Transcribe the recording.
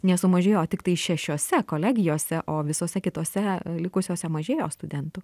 nesumažėjo tiktai šešiose kolegijose o visose kitose likusiose mažėjo studentų